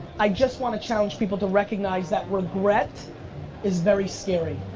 i just want to challenge people to recognize that regret is very scary.